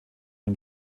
dem